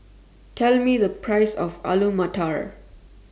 Tell Me The Price of Alu Matar